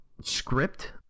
script